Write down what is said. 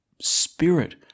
spirit